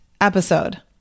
episode